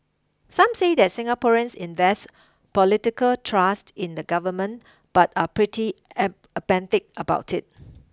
some say that Singaporeans invest political trust in the government but are pretty apathetic about it